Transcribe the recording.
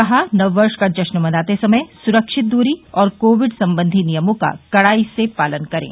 कहा नववर्ष का जश्न मनाते समय सुरक्षित दूरी और कोविड सम्बंधी नियमों का कड़ाई से पालन करें